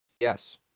Yes